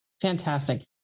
Fantastic